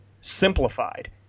simplified